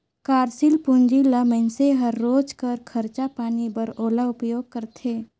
कारसील पूंजी ल मइनसे हर रोज कर खरचा पानी बर ओला उपयोग करथे